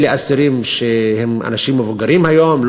אלה אסירים שהם אנשים מבוגרים היום,